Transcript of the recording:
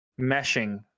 meshing